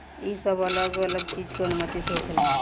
ई सब अलग अलग चीज के अनुमति से होखेला